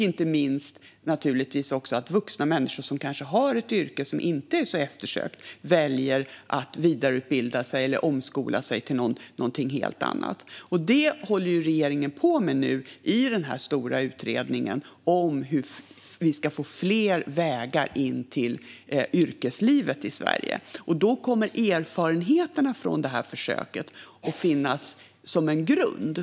Det handlar naturligtvis inte minst också om vuxna människor som kanske har ett yrke som inte är så eftersökt och som väljer att vidareutbilda sig eller omskola sig till någonting helt annat. Detta håller regeringen nu på med i den stora utredningen om hur vi ska få fler vägar in till yrkeslivet i Sverige. Då kommer erfarenheterna från detta försök att finnas som en grund.